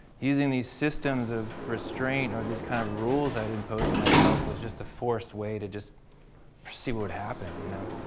using these systems of restraint or these kind of rules that impose on myself was just a forced way to just see what would happen. you know